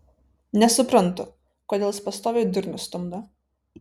nesuprantu kodėl jis pastoviai durnių stumdo